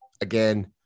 again